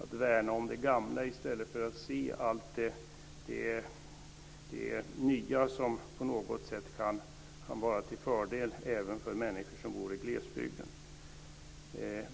De värnar om det gamla i stället för att se allt det nya som kan vara till fördel även för människor som bor i glesbygden.